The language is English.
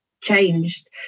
changed